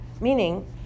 Meaning